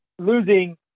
Losing